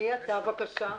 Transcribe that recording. מי אתה, בבקשה?